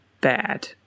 bad